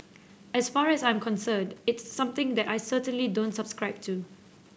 as far as I'm concerned it's something that I certainly don't subscribe to